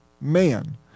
man